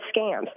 scams